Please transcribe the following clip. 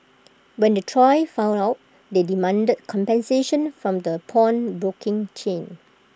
when the trio found out they demanded compensation from the pawnbroking chain